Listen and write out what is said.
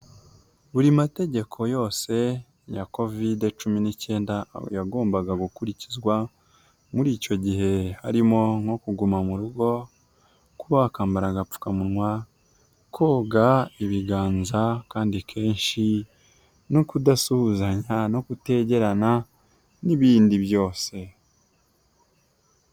Buri mategeko yose ya Covid cumi n'icyenda yagombaga gukurikizwa muri icyo gihe harimo nko kuguma mu rugo, kuba wakambara agapfukamunwa, koga ibiganza kandi kenshi no kudasuhuzanya no kutegerana n'ibindi byose.